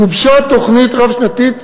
לפני שלוש שנים גובשה תוכנית רב-שנתית